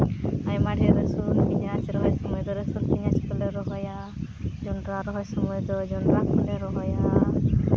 ᱟᱭᱢᱟ ᱰᱷᱮᱨ ᱪᱮᱫ ᱠᱟ ᱞᱮ ᱨᱚᱦᱚᱭᱟ ᱡᱚᱱᱰᱨᱟ ᱨᱚᱦᱚᱭ ᱥᱢᱚᱭ ᱫᱚ ᱡᱚᱱᱰᱨᱟ ᱦᱚᱸᱞᱮ ᱨᱚᱦᱚᱭᱟ